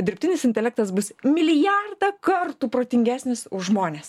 dirbtinis intelektas bus milijardą kartų protingesnis už žmones